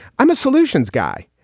i'm a solutions guy.